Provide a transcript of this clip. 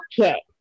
Okay